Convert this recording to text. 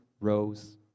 rose